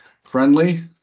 friendly